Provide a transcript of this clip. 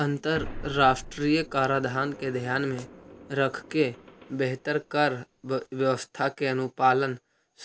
अंतरराष्ट्रीय कराधान के ध्यान में रखके बेहतर कर व्यवस्था के अनुपालन